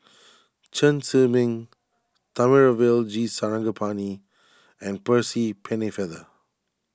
Chen Zhiming Thamizhavel G Sarangapani and Percy Pennefather